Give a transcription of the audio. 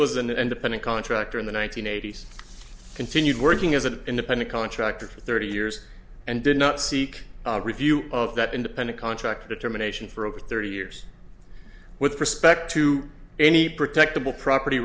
was an independent contractor in the one nine hundred eighty s continued working as an independent contractor for thirty years and did not seek review of that independent contractor determination for over thirty years with respect to any protectable property